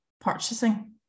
purchasing